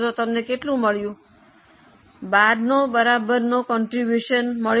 તો તમને કેટલું મળ્યું 12 ની બરાબર ફાળો મળ્યો